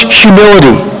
humility